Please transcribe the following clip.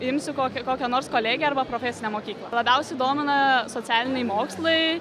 imsiu kokį kokią nors kolegiją arba profesinę mokyklą labiausiai domina socialiniai mokslai